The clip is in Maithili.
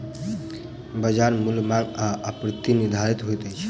बजार मूल्य मांग आ आपूर्ति सॅ निर्धारित होइत अछि